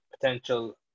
potential